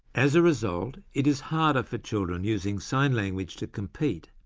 as a result, it is harder for children using sign language to compete,